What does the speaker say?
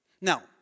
now